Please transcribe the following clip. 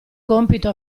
compito